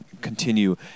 continue